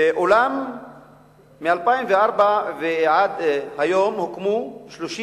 אולם מ-2004 ועד היום הוקמו 37